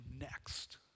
next